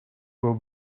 will